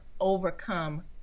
overcome